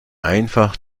einfach